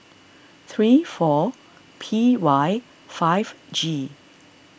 three four P Y five G